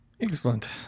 Excellent